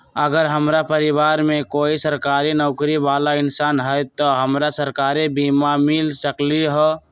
अगर हमरा परिवार में कोई सरकारी नौकरी बाला इंसान हई त हमरा सरकारी बीमा मिल सकलई ह?